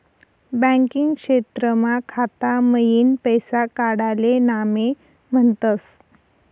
banking क्षेत्रमा खाता मईन पैसा काडाले नामे म्हनतस